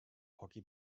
hockey